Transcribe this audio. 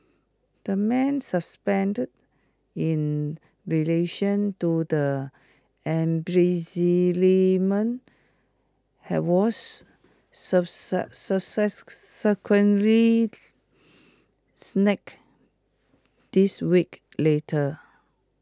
the man suspended in relation to the embezzlement have was snack this weeks later